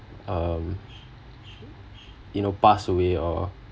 um you know pass away or